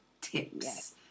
tips